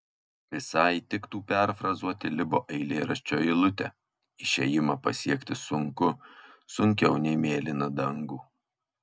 visai tiktų perfrazuoti libo eilėraščio eilutę išėjimą pasiekti sunku sunkiau nei mėlyną dangų